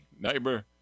neighbor